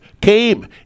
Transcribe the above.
came